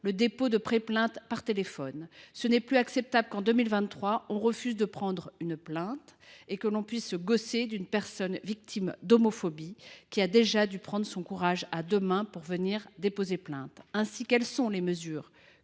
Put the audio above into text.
le dépôt de préplaintes par téléphone. Il n’est plus acceptable qu’en 2023, l’on refuse de prendre une plainte ou l’on puisse se gausser d’une personne victime d’homophobie, qui a déjà dû prendre son courage à deux mains pour se rendre au commissariat. Enfin, quelles sont les mesures